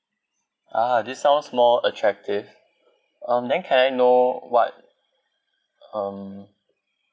ah this sounds more attractive uh then can I know what um